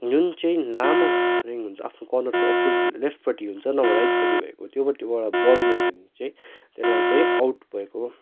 जुन चाहिँ लामो रिङ हुन्छ आफ्नो कर्नरको अपोजिट लेफ्टपट्टि हुन्छ नभए राइटपट्टि भएको त्यो पट्टिबाट बल गयो भने चाहिँ त्यसलाई चाहिँ आउट भएको